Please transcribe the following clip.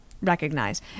recognize